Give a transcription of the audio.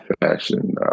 fashion